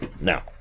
Now